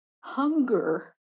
hunger